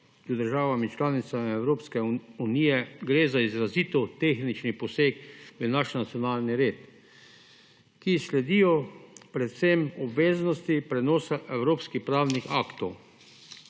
z državami članicami Evropske unije gre za izrazito tehnični poseg v naš nacionalni red, ki sledi predvsem obveznosti prenosa evropskih pravnih aktov.